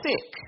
sick